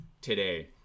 today